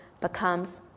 becomes